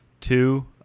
Two